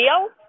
real